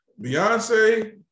Beyonce